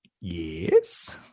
Yes